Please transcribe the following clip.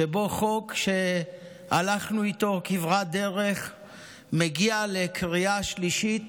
שבו חוק שהלכנו איתו כברת דרך מגיע לקריאה השלישית